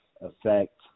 affect